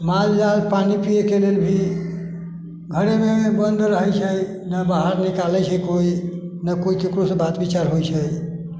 माल जाल पानि पियेके लेल भी घरेमे बन्द रहैत छै नहि बाहर निकालैत छै केओ नहि केओ ककरोसँ बात विचार होइत छै